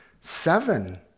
seven